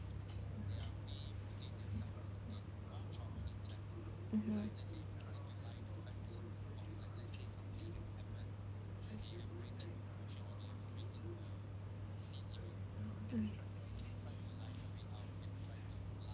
mmhmm mm